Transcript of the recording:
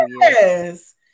Yes